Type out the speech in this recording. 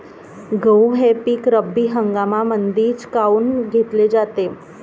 गहू हे पिक रब्बी हंगामामंदीच काऊन घेतले जाते?